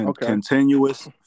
Continuous